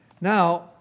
Now